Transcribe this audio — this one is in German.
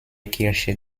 kirche